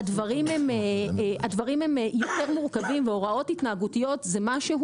אנחנו ראינו שהוראות התנהגותיות זה משהו